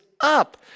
up